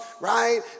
right